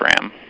ram